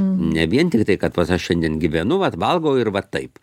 ne vien tik tai kad pats aš šiandien gyvenu vat valgau ir va taip